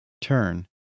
turn